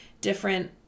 different